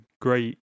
Great